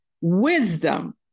wisdom